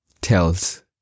tells